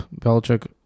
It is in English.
Belichick